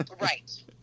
Right